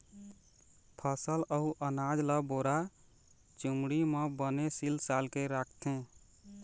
फसल अउ अनाज ल बोरा, चुमड़ी म बने सील साल के राखथे